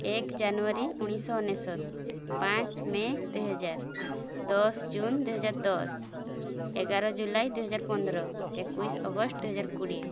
ଏକ ଜାନୁଆରୀ ଉଣେଇଶହ ଅନେଶ୍ୱତ ପାଞ୍ଚ ମେ ଦୁଇହଜାର ଦଶ ଜୁନ୍ ଦୁଇହଜାର ଦଶ ଏଗାର ଜୁଲାଇ ଦୁଇହଜାର ପନ୍ଦର ଏକୋଇଶି ଅଗଷ୍ଟ ଦୁଇହଜାର କୋଡ଼ିଏ